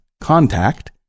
contact